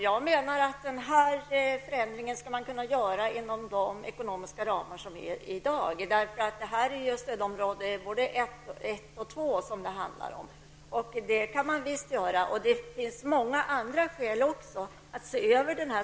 Större delen av denna hjälp går till fältsjukhuset i Saudiarabien. En ringa del av hjälpen lämnas till krigets offer som befinner sig i Kuwait och Irak. Internationella röda korset kan kanalisera hjälp till krigsoffren i Kuwait och Irak. På grund av det anförda får jag ställa följande fråga till statsrådet Lena Hjelm-Wallén.